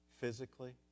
Physically